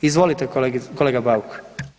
Izvolite kolega Bauk.